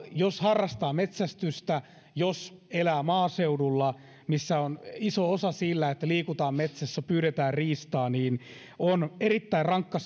jos harrastaa metsästystä jos elää maaseudulla missä on iso osa sillä että liikutaan metsässä ja pyydetään riistaa niin on erittäin rankka